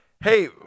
Hey